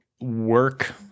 work